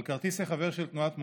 על כרטיס החבר של תנועת מולדת,